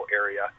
area